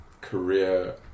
career